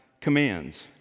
commands